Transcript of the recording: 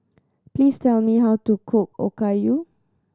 please tell me how to cook Okayu